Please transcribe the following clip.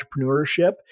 entrepreneurship